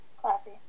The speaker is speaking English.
Classy